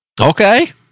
okay